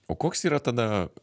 o koks yra tada